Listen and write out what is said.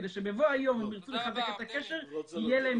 כדי שבבוא היום אם הם ירצו לחזק את הקשר יהיה להם